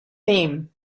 theme